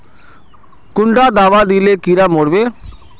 कुंडा दाबा दिले कीड़ा मोर बे?